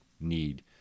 need